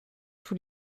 tous